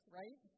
right